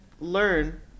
learn